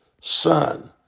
son